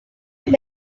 your